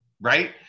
Right